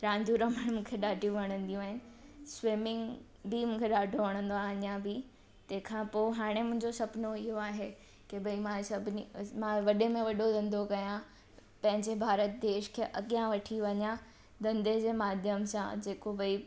रांदियूं रवण मूंखे ॾाढियूं वणंदियूं आहिनि स्विमिंग बि मूंखे ॾाढो वणंदो आहे अञां बि तंहिंखां पो हाणे मुंहिंजो सपनो इहो आहे की भई मां सभिनी मां वॾे में वॾो धंधो कयां पंहिंजे भारत देश खे अॻियां वठी वञा धंधे जे माध्यम सां जेको भई